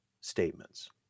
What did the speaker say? statements